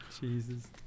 Jesus